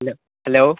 hello hello